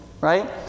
right